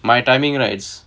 my timing right it's